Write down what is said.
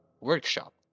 workshop